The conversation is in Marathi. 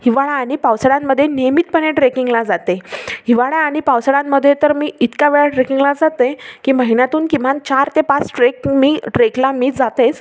हिवाळा आणि पावसाळ्यांमध्ये नियमितपणे ट्रेकिंगला जाते हिवाळा आणि पावसाळ्यांमध्ये तर मी इतक्या वेळा ट्रेकिंगला जाते की महिन्यातून किमान चार ते पाच ट्रेक मी ट्रेकला मी जातेस